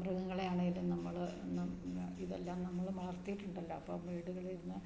മൃഗങ്ങളെ ആണേലും നമ്മള് ഇതെല്ലാം നമ്മള് വളർത്തിയിട്ടുണ്ടല്ലോ അപ്പോള് വീടുകളിലിരുന്ന്